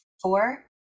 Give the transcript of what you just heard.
Four